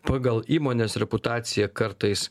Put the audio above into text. pagal įmonės reputaciją kartais